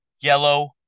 yellow